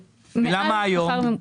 למה היום?